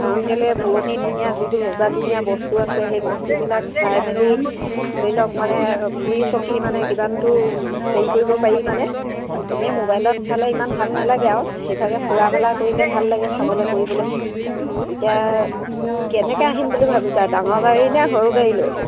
কাৰণ কেলেই পুৰণিদিনীয়া যিবোৰ ৰজাাদিনীয়া বস্তু আছে সেই বস্তুবিলাক চাই মেলি ধৰি লওক মানে ফুৰি চাকি মানে কিমানটো হেৰি কৰিব পাৰি মানে এনেই মোবাইলত চালে ইমান ভাল নালাগে আৰু সেইভাগে ফুৰা মেলা কৰিলে ভাল লাগে চাবলৈ কৰিবলৈ এতিয়া কেনেকৈ আহিম বুলি ভাবিছা ডাঙৰ গাড়ী নে সৰু গাড়ী লৈ